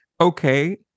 okay